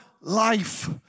life